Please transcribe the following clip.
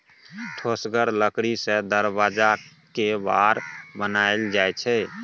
ठोसगर लकड़ी सँ दरबज्जाक केबार बनाएल जाइ छै